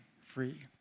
free